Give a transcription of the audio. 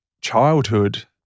childhood